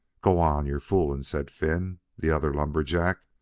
g'wan, you're foolin', said finn, the other lumberjack,